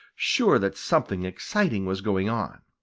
sure that something exciting was going on.